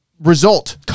result